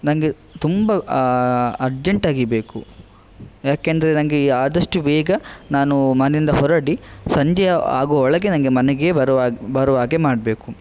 ನಂಗೆ ತುಂಬ ಅರ್ಜೆಂಟಾಗಿ ಬೇಕು ಯಾಕಂದ್ರೆ ನಂಗೆ ಆದಷ್ಟು ಬೇಗ ನಾನು ಮನೆಯಿಂದ ಹೊರಡಿ ಸಂಜೆ ಆಗುವ ಒಳಗೆ ನಂಗೆ ಮನೆಗೆ ಬರುವಾಗ ಬರುವ ಹಾಗೆ ಮಾಡಬೇಕು